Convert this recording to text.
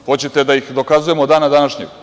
Hoćete da ih dokazujemo do dana današnjeg?